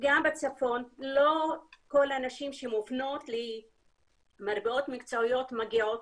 לא כל הנשים שמופנות למרפאות מקצועיות מגיעות,